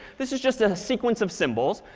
this is just a sequence of symbols.